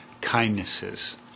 kindnesses